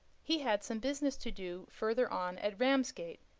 he had some business to do further on at ramsgate,